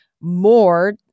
more